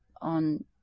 on